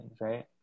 right